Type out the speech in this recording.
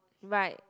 right